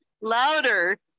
Louder